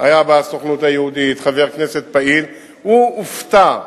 והיה בסוכנות היהודית וחבר כנסת פעיל, והוא הופתע.